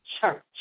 church